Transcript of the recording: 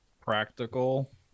practical